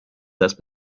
دست